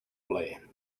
plaer